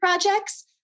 projects